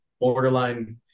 borderline